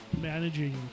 managing